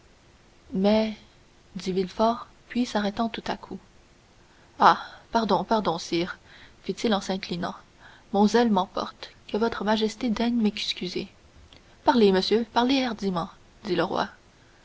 dit villefort puis s'arrêtant tout à coup ah pardon pardon sire fit-il en s'inclinant mon zèle m'emporte que votre majesté daigne m'excuser parlez monsieur parlez hardiment dit le roi